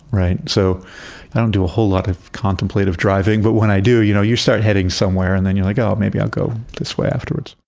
right? so i don't do a whole lot of contemplative driving, but when i do, you know you start heading somewhere and then you're like, oh, maybe i'll go this way afterwards.